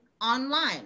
online